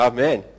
Amen